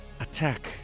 attack